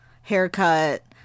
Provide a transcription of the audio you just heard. haircut